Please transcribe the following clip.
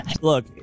Look